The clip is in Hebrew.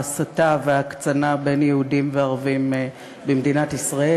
ההסתה וההקצנה בין יהודים וערבים במדינת ישראל.